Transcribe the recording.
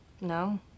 No